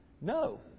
No